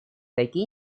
такие